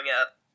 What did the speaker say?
up